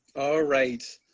right,